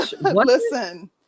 Listen